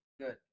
Good